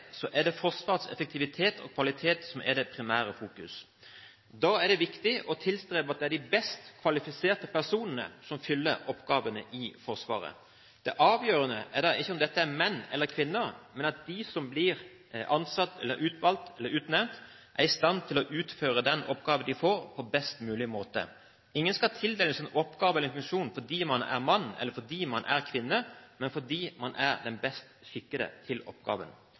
er det Forsvarets effektivitet og kvalitet som er det primære fokus. Da er det viktig å tilstrebe at det er de best kvalifiserte personene som fyller oppgavene i Forsvaret. Det avgjørende er da ikke om dette er menn eller kvinner, men at de som blir ansatt, utvalgt eller utnevnt, er i stand til å utføre den oppgaven de får, på best mulig måte. Ingen skal tildeles en oppgave eller funksjon fordi man er mann, eller fordi man er kvinne, men fordi man er den best skikkede til oppgaven.